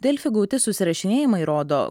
delfi gauti susirašinėjimai rodo